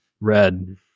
Red